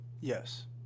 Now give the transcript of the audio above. Yes